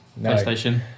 PlayStation